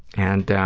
and